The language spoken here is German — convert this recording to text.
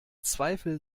zweifel